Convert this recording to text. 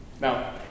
Now